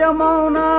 so mon ah